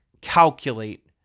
calculate